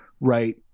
right